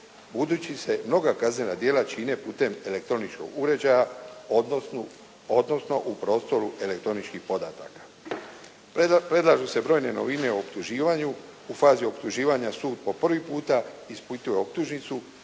Budući se mnoga kaznena djela čine putem elektroničkog uređaja, odnosno u prostoru elektroničkih podataka. Predlažu se brojne novine o optuživanju. U fazi optuživanja sud po prvi puta ispituje optužnicu.